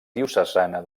diocesana